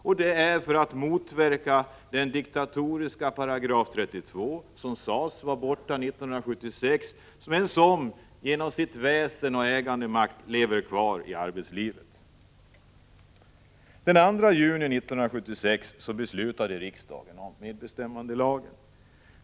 Det gör vi för att motverka den diktatoriska § 32, som sades vara borta 1976 men som genom sitt väsen av ägandemakt lever kvar i arbetslivet. Den 2 juni 1976 beslutade riksdagen om medbestämmandelagen.